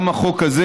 גם החוק הזה,